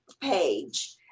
page